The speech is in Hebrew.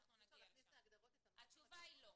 אי אפשר להכניס להגדרות את ה- -- התשובה היא לא.